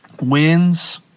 wins